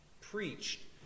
preached